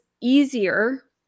easier